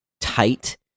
tight